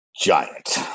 Giant